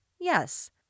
Yes